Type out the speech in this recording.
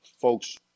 folks